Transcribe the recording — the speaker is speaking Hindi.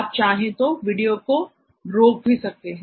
आप चाहे तो वीडियो को रोक भी सकते हैं